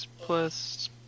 Plus